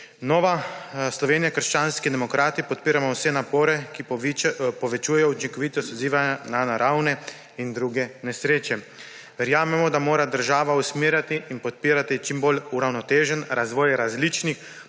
Nova Slovenija – krščanski demokrati podpiramo vse napore, ki povečujejo učinkovitost odziva na naravne in druge nesreče. Verjamemo, da mora država usmerjati in podpirati čim bolj uravnotežen razvoj različnih